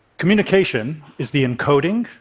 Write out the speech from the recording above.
communication is the encoding,